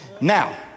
Now